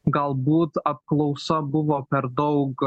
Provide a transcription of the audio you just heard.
galbūt apklausa buvo per daug